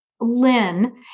Lynn